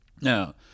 Now